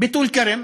בטול-כרם,